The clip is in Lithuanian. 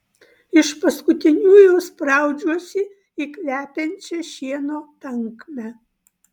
iš paskutiniųjų spraudžiuosi į kvepiančią šieno tankmę